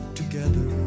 together